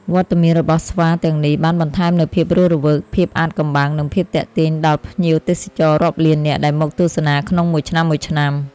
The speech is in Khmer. វត្តមានរបស់ស្វាទាំងនេះបានបន្ថែមនូវភាពរស់រវើក ភាពអាថ៌កំបាំង និងភាពទាក់ទាញដល់ភ្ញៀវទេសចររាប់លាននាក់ដែលមកទស្សនាក្នុងមួយឆ្នាំៗ។